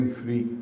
free